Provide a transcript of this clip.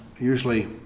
usually